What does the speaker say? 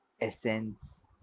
essence